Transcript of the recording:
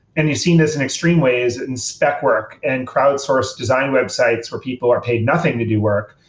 and you've seen this in extreme ways in spec work and crowdsource design websites where people are paid nothing to do work,